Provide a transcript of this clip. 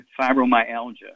Fibromyalgia